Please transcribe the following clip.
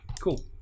cool